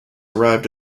arrived